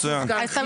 זו החלטה.